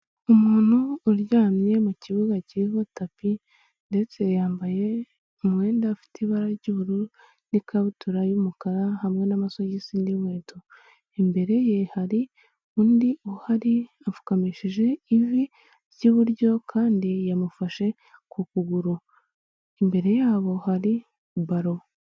Umuntu uryamye mu kibuga kiriho tapi ndetse yambaye umwenda afite ibara ry'ubururu, n'ikabutura y'umukara hamwe n'amasogisi n'inkweto, imbere ye hari undi uhari apfukamishije ivi ry'iburyo kandi yamufashe ku kuguru, imbere yabo hari baro.